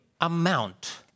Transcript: amount